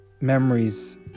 memories